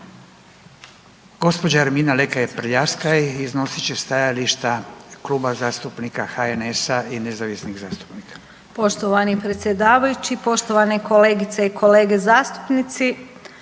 Gospođa Ermina Lekaj Prljaskaj ispred Kluba zastupnika HNS-a i nezavisnih zastupnika.